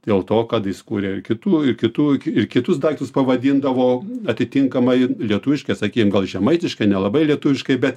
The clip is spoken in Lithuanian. dėl to kad jis kūrė kitų ir kitų ir kitus daiktus pavadindavo atitinkamai lietuviškai sakykim gal žemaitiškai nelabai lietuviškai bet